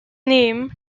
name